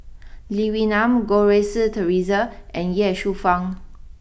Lee Wee Nam Goh Rui Si Theresa and Ye Shufang